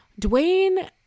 Dwayne